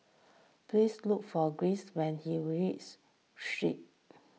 please look for Giles when he Street